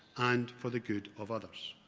and for the good of others.